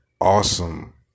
awesome